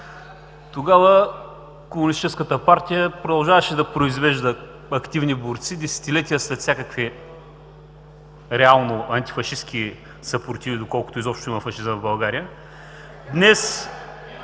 Тогава комунистическата партия продължаваше да произвежда активни борци, десетилетия след всякакви реално антифашистки съпротиви, доколкото изобщо има фашизъм в България.